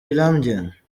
rirambye